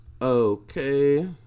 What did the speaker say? Okay